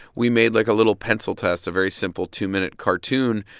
we made, like, a little pencil test, a very simple two-minute cartoon,